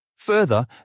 Further